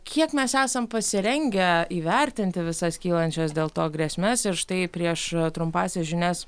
kiek mes esam pasirengę įvertinti visas kylančias dėl to grėsmes ir štai prieš trumpąsias žinias